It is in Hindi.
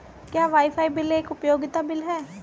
क्या वाईफाई बिल एक उपयोगिता बिल है?